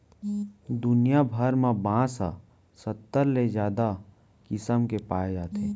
दुनिया भर म बांस ह सत्तर ले जादा किसम के पाए जाथे